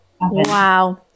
Wow